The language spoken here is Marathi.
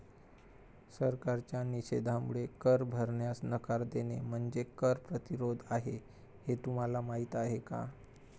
सरकारच्या निषेधामुळे कर भरण्यास नकार देणे म्हणजे कर प्रतिरोध आहे हे तुम्हाला माहीत आहे का